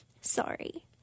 sorry